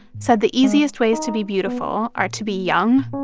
said the easiest ways to be beautiful are to be young,